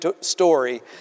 story